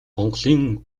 монголын